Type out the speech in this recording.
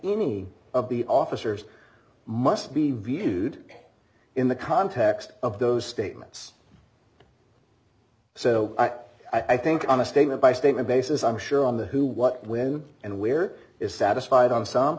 any of the officers must be viewed in the context of those statements so i think on a statement by statement basis i'm sure on the who what when and where is satisfied on some